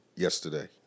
yesterday